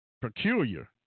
peculiar